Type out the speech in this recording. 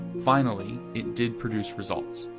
finally, it did produce results.